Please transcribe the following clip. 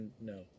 no